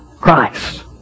Christ